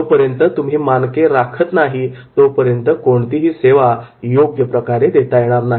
जोपर्यंत तुम्ही मानके राखत नाही तोपर्यंत कोणतीही सेवा योग्यप्रकारे देता येणार नाही